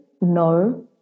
no